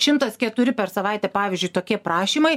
šimta sketuri per savaitę pavyzdžiui tokie prašymai